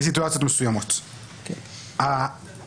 להצביע בקלפי בבית האבות לפי טופס שקבע יו"ר ועדת הבחירות